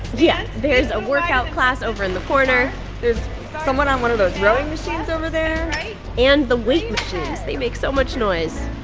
yeah, there's a workout class over in the corner there's someone on one of those rowing machines over there and the weight machines. they make so much noise